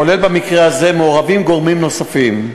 כולל במקרה הזה, מעורבים גורמים נוספים.